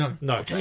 no